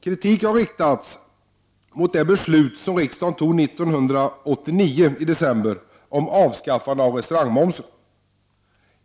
Kritik har riktats mot det beslut som riksdagen fattade i december 1989 om avskaffande av restaurangmomsen.